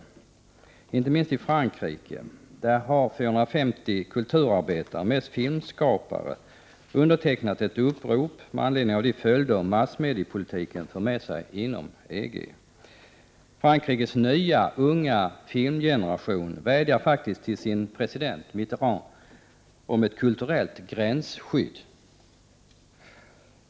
Detta gäller inte minst i Frankrike, där 450 kulturarbetare, mest filmskapare, har undertecknat ett upprop med anledning av de följder massmediepolitiken för med sig inom EG. Frankrikes nya, unga filmgeneration vädjar faktiskt till sin president, Mitterrand, om ett kulturellt gränsskydd.